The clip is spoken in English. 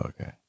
Okay